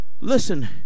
Listen